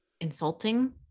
insulting